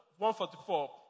144